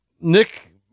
Nick